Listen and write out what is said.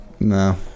No